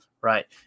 right